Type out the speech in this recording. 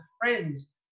friends